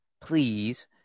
please